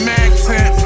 accent